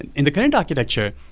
and in the current architecture,